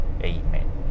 Amen